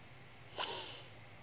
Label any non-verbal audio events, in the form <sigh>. <noise>